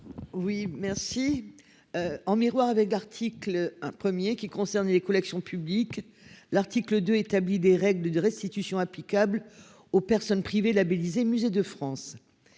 Oui merci. En miroir avec article un premier qui concerne les collections publiques. L'article 2 établit des règles de de restitution applicable aux personnes privées labellisé Musée de France.